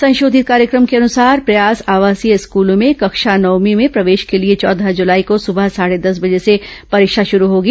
संशोधित कार्यक्रम के अनुसार प्रयास आवासीय स्कूलों में कक्षा नवमीं में प्रवेश के लिए चौदह जुलाई को सुबह साढ़े दस बजे से परीक्षा शुरू होगी